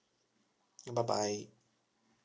bye bye